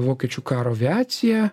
vokiečių karo aviaciją